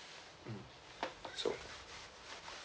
mm so